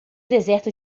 deserto